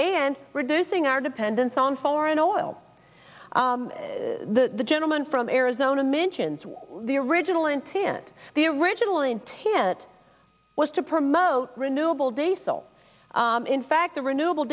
and reducing our dependence on foreign oil the gentleman from arizona mentions the original intent the original intent was to promote renewable diesel in fact the renewa